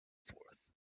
forth